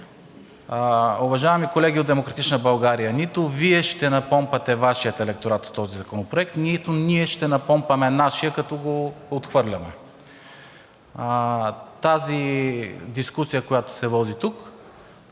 Уважаеми колеги от „Демократична България“, нито Вие ще напомпате Вашия електорат с този законопроект, нито ние ще напомпаме нашия, като го отхвърляме. Тази дискусия, която се води тук,